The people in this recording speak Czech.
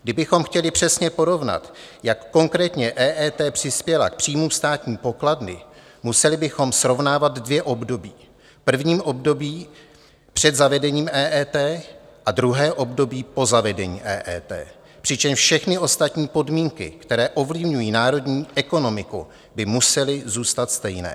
Kdybychom chtěli přesně porovnat, jak konkrétně EET přispěla k příjmům státní pokladny, museli bychom srovnávat dvě období: první období před zavedením EET a druhé období po zavedení EET, přičemž všechny ostatní podmínky, které ovlivňují národní ekonomiku, by musely zůstat stejné.